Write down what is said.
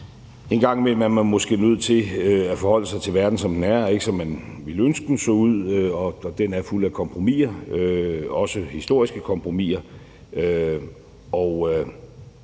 En gang imellem er man måske nødt til at forholde sig til verden, som den er, og ikke som man ville ønske den så ud, og den er fuld af kompromiser, også historiske kompromiser,